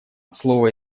слово